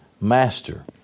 Master